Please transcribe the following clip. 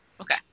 Okay